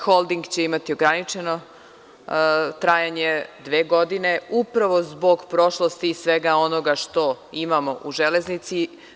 Holding će imati ograničeno trajanje, dve godine upravo zbog prošlosti i svega onoga što imamo u „Železnici“